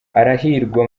arahirwa